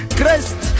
Christ